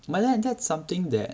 but then that's something that